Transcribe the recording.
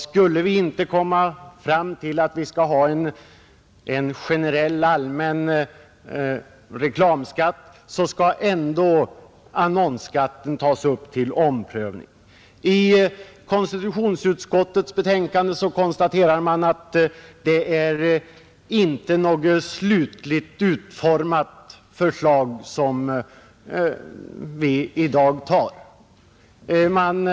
Skulle vi inte komma fram till att vi skal ha en generell allmän reklamskatt, så skall ändå annonsskatten tas upp till omprövning. I konstitutionsutskottets betänkande konstaterar man att det inte är något slutligt utformat förslag som vi i dag skall besluta om.